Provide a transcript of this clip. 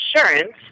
insurance